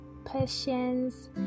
patience